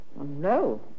no